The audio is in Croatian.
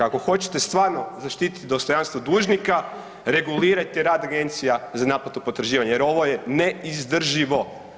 Ako hoćete stvarno zaštit dostojanstvo dužnika regulirajte rad Agencija za naplatu potraživanja jer ovo je neizdrživo.